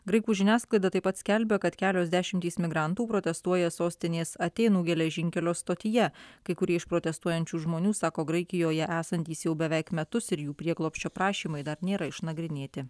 graikų žiniasklaida taip pat skelbia kad kelios dešimtys migrantų protestuoja sostinės atėnų geležinkelio stotyje kai kurie iš protestuojančių žmonių sako graikijoje esantys jau beveik metus ir jų prieglobsčio prašymai dar nėra išnagrinėti